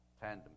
tandem